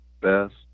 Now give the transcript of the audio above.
best